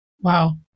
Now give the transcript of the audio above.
Wow